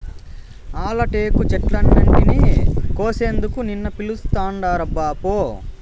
ఆల టేకు చెట్లన్నింటినీ కోసేందుకు నిన్ను పిలుస్తాండారబ్బా పో